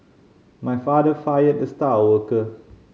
my father fired the star worker